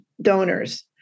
Donors